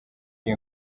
iyi